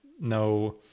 no